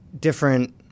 different